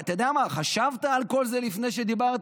אתה יודע מה, חשבת על כל זה לפני שדיברת?